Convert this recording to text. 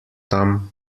tam